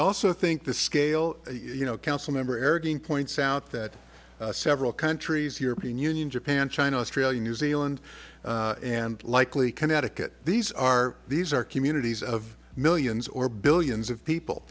also think the scale you know council member airgun points out that several countries european union japan china australia new zealand and likely connecticut these are these are communities of millions or billions of people